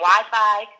Wi-Fi